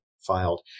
filed